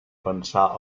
pensar